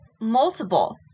multiple